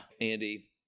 Andy